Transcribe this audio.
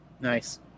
Nice